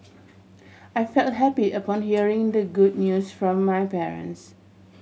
I felt happy upon hearing the good news from my parents